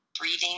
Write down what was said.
breathing